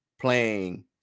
playing